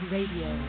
Radio